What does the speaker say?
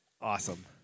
awesome